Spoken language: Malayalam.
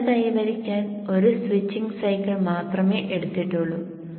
സ്ഥിരത കൈവരിക്കാൻ ഒരു സ്വിച്ചിംഗ് സൈക്കിൾ മാത്രമേ എടുത്തിട്ടുള്ളൂ